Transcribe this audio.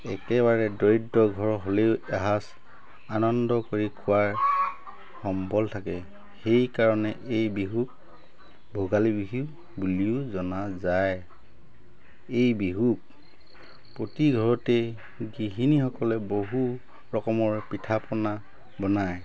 একেবাৰে দৰিদ্ৰ ঘৰ হ'লেও এসাজ আনন্দ কৰি খোৱাৰ সম্বল থাকে সেই কাৰণে এই বিহুক ভোগালী বিহু বুলিও জনা যায় এই বিহুত প্ৰতি ঘৰতে গৃহিণীসকলে বহু ৰকমৰ পিঠা পনা বনায়